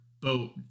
boat